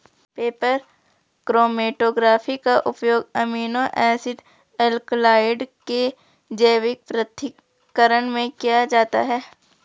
paper chromatography का उपयोग amino acid alkaloid के जैविक पृथक्करण में किया जाता है